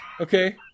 Okay